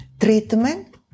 treatment